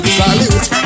salute